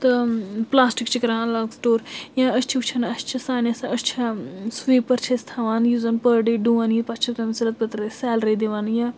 تہٕ پٕلاسٹِک چھِ کَران الگ سِٹور یا أسۍ چھِ وٕچھان اَسہِ چھِ سانہِ سَہ أسۍ چھِ سُویٖپَر چھِ أسۍ تھاوان یُس زَن پٔر ڈے ڈُوان یہِ پَتہٕ چھِ تٔمِس رٮ۪تہٕ پتہٕ رٮ۪تہٕ أسۍ سٮ۪لری دِوان یا